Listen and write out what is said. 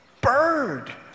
bird